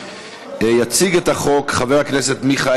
קובע כי הצעת החוק עברה בקריאה